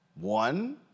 one